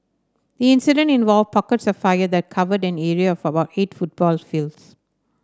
the incident involved pockets of fire that covered an area of about eight football fields